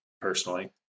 personally